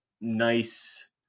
nice